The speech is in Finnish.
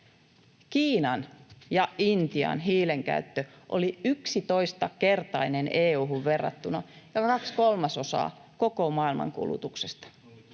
Kiinan ja Intian hiilenkäyttö oli 11-kertainen EU:hun verrattuna ja kaksi kolmasosaa koko maailman kulutuksesta.